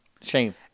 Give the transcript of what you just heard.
shame